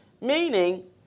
Meaning